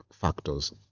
factors